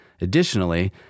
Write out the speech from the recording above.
Additionally